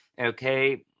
okay